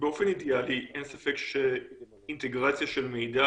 באופן אידיאלי אין ספק שאינטגרציה של מידע